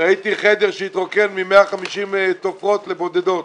וראיתי חדר שהתרוקן מ-150 תופרות ונשארו בו בודדות.